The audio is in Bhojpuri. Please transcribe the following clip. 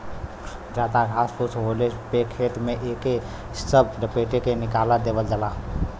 जादा घास फूस होले पे खेत में एके सब लपेट के निकाल देवल जाला